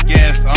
Yes